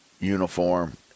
uniform